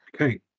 Okay